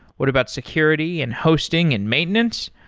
what about security and hosting and maintenance?